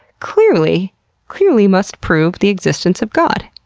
clearly clearly must prove the existence of god.